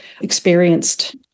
experienced